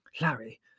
Larry